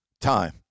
time